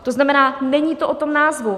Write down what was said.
To znamená, není to o tom názvu.